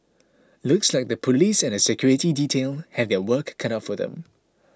looks like the Police and her security detail have their work cut out for them